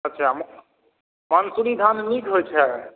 अच्छा मंसूरी धान नीक होइ छै